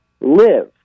live